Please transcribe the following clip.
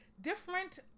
different